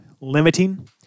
limiting